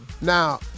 Now